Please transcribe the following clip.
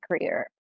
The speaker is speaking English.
career